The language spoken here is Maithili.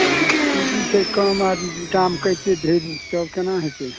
तऽ पूजी छै कम आ दाम कहै छियै ढेरी तब केना होयतै